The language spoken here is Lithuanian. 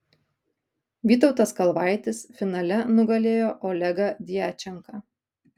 vytautas kalvaitis finale nugalėjo olegą djačenką